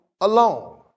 alone